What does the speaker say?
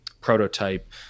prototype